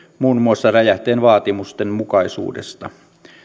muun muassa räjähteen vaatimustenmukaisuudesta